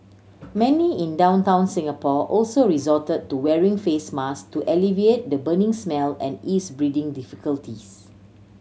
many in downtown Singapore also resorted to wearing face mask to alleviate the burning smell and ease breathing difficulties